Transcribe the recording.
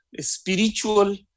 spiritual